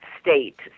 state